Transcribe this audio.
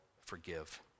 forgive